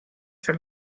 from